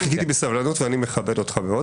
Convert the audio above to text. ובאותן ארבע שנים אתה רוצה כוח מוחלט לרשות המחוקקת.